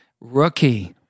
rookie